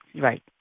right